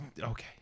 Okay